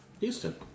Houston